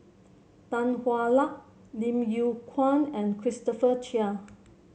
Tan Hwa Luck Lim Yew Kuan and Christopher Chia